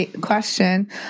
question